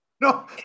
No